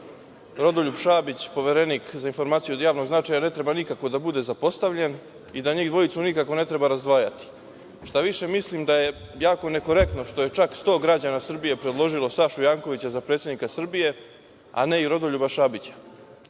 Rodoljub Šabić, Poverenik za informaciju od javnog značaja, ne treba nikako da bude zapostavljen i da njih dvojicu nikako ne treba razdvajati. Šta više, mislim da je jako nekorektno što je čak sto građana Srbije predložilo Sašu Jankovića za predsednika Srbije, a ne i Rodoljuba Šabića.